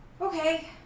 Okay